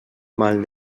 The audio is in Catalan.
mal